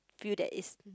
feel that is